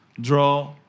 draw